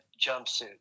jumpsuit